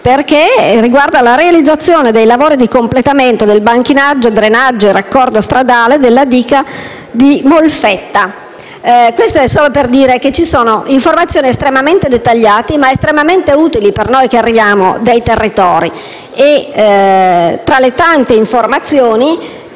perché riguarda la realizzazione dei lavori di completamento del banchinaggio, drenaggio e raccordo stradale della diga di Molfetta. Questo è solo per dire che ci sono informazioni dettagliate, estremamente utili per noi che proveniamo dai territori; informazioni